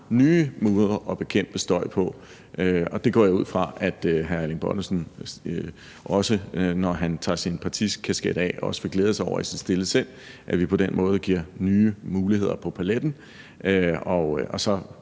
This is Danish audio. nye måder at bekæmpe støj på. Og det går jeg ud fra at hr. Erling Bonnesen, også når han tager sin partikasket af, kan glæde sig over i sit stille sind, altså at vi på den måde giver nye muligheder på paletten.